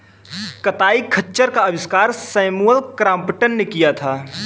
कताई खच्चर का आविष्कार सैमुअल क्रॉम्पटन ने किया था